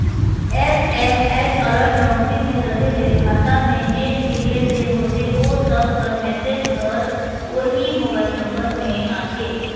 SMS alert नउकरी में रहें ले खाता में जेन भी लेन देन होथे ओ सब कर मैसेज हर ओही मोबाइल नंबर में आथे